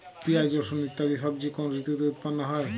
পিঁয়াজ রসুন ইত্যাদি সবজি কোন ঋতুতে উৎপন্ন হয়?